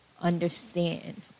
understand